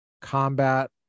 combat